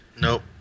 Nope